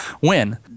win